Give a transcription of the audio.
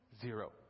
Zero